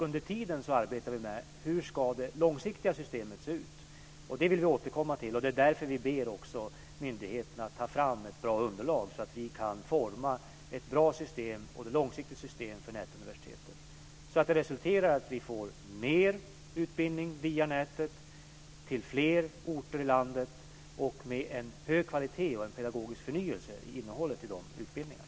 Under tiden arbetar vi med hur det långsiktiga systemet ska se ut. Det vill vi återkomma till. Det är därför vi ber myndigheterna att ta fram ett bra underlag, så att vi kan forma ett bra och långsiktigt system för nätuniversitetet. Detta resulterar i att vi får mer utbildning via nätet till fler orter i landet och med en hög kvalitet och pedagogisk förnyelse i innehållet i utbildningarna.